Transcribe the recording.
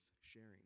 sharing